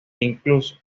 incluso